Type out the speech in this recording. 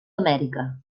amèrica